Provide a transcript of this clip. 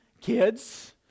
Kids